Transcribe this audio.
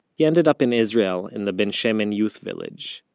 he ended up in israel, in the ben-shemen youth village.